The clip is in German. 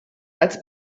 als